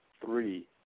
three